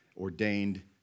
ordained